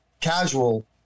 casual